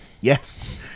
Yes